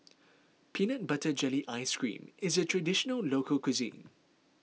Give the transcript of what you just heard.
Peanut Butter Jelly Ice Cream is a Traditional Local Cuisine